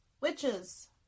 witches